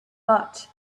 but